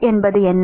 h என்பது என்ன